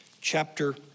chapter